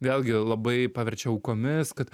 vėlgi labai paverčia aukomis kad